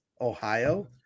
Ohio